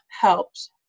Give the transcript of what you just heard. helped